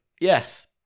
Yes